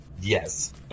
yes